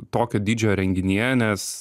tokio dydžio renginyje nes